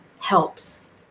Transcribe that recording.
helps